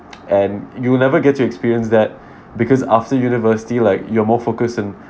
and you'll never get to experience that because after university like you are more focused on